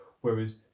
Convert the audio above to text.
whereas